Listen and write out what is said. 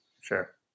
Sure